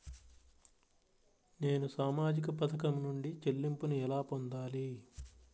నేను సామాజిక పథకం నుండి చెల్లింపును ఎలా పొందాలి?